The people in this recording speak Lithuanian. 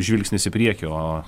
žvilgsnis į priekį o